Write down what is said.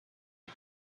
are